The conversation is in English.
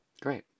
Great